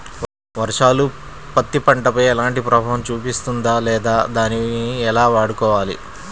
వర్షాలు పత్తి పంటపై ఎలాంటి ప్రభావం చూపిస్తుంద లేదా దానిని ఎలా కాపాడుకోవాలి?